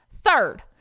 Third